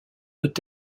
peut